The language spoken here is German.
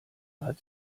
hat